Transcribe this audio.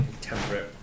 temperate